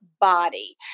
body